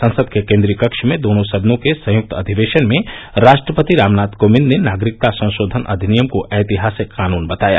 संसद के केन्द्रीय कक्ष में दोनों सदनों के संयुक्त अधिवेशन में राष्ट्रपति रामनाथ कोविंद ने नागरिकता संशोधन अधिनियम को ऐतिहासिक कानून बताया